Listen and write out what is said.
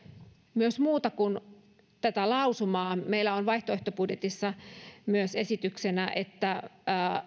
myös muuta kuin tätä lausumaa meillä on vaihtoehtobudjetissa myös esityksenä että